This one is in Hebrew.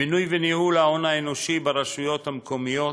מינוי וניהול של ההון האנושי ברשויות המקומיות,